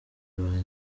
banjye